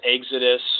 exodus